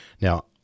Now